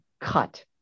cut